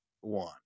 one